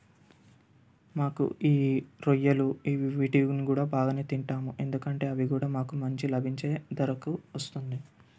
మాకు ఈ రొయ్యలు ఇవి వీటిని కూడా బాగా తింటాము ఎందుకంటే అవి కూడా మాకు మంచిగా లభించే ధరకు వస్తుంది